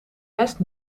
rest